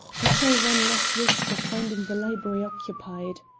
we shall run less risk of finding the library occupied.